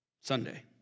Sunday